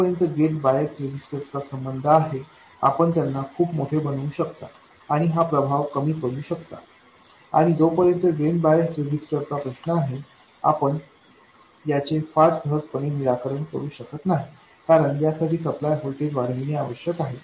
जोपर्यंत gate bias रेसिस्टर्सचा संबंध आहे आपण त्यांना खूप मोठे बनवू शकता आणि हा प्रभाव कमी करू शकता आणि जोपर्यंत ड्रेन बायस रेझिस्टरचा प्रश्न आहे आपण याचे फार सहजपणे निराकरण करू शकत नाही कारण यासाठी सप्लाय व्होल्टेज वाढविणे आवश्यक आहे